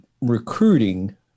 recruiting